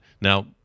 Now